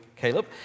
Caleb